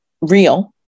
real